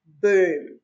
boom